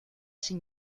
sin